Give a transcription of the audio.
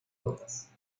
locas